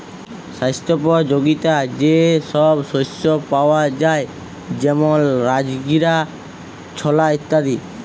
স্বাস্থ্যপ যগীতা যে সব শস্য পাওয়া যায় যেমল রাজগীরা, ছলা ইত্যাদি